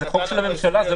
לממשלה.